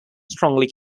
strongly